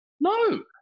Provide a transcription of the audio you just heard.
No